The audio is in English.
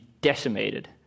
decimated